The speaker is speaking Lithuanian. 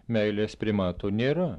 meilės primato nėra